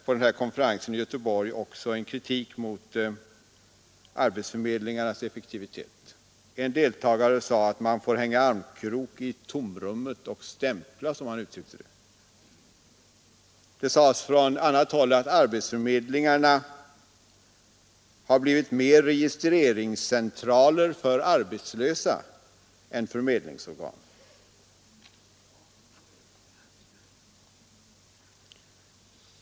På konferensen i Göteborg riktades också kritik mot arbetsförmedlingarnas effektivitet. En deltagare ansåg att man får ”hänga armkrok i tomrummet och stämpla”, som han uttryckte det. Det sades från annat håll att arbetsförmedlingarna mera har blivit registreringscentraler för arbetslösa än förmedlingsorgan.